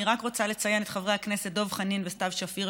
אני רק רוצה לציין את חברי הכנסת דב חנין וסתיו שפיר,